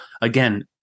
again